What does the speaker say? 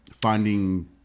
finding